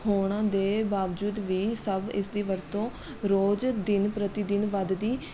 ਹੋਣ ਦੇ ਬਾਵਜੂਦ ਵੀ ਸਭ ਇਸ ਦੀ ਵਰਤੋਂ ਰੋਜ਼ ਦਿਨ ਪ੍ਰਤੀਦਿਨ ਵੱਧਦੀ